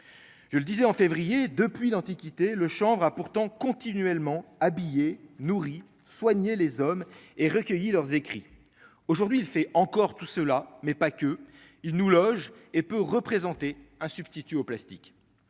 je le disais en février depuis l'Antiquité, le chambre a pourtant continuellement habillés, nourris, soignés, les hommes et recueilli leurs écrits, aujourd'hui il fait encore tout cela mais pas que il nous loge et peut représenter un substitut au plastique